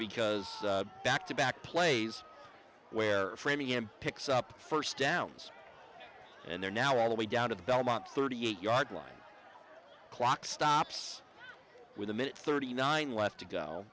because back to back plays where freemium picks up first downs and there now all the way down to the belmont thirty eight yard line clock stops with a minute thirty nine left to go